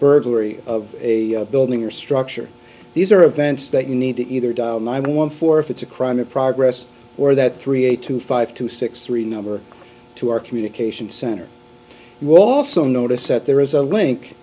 burglary of a building or structure these are events that you need to either dial nine one for if it's a crime in progress or that three eight two five two six three number two our communication center will also notice that there is a link